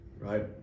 right